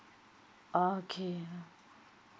okay